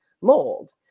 mold